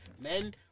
Men